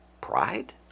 Pride